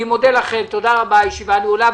הישיבה נעולה.